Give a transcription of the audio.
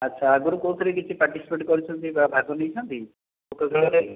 ଆଚ୍ଛା ଆଗରୁ କେଉଁଥିରେ କିଛି ପାର୍ଟିସିପେଟ୍ କରିଛନ୍ତି ବା ଭାଗ ନେଇଛନ୍ତି ଖୋଖୋ ଖେଳରେ